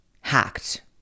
hacked